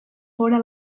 fóra